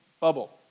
bubble